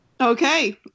Okay